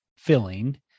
filling